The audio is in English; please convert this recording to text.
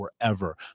forever